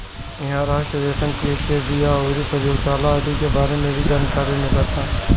इहां राष्ट्रीय रेशम कीट के बिया अउरी प्रयोगशाला आदि के बारे में भी जानकारी मिलत ह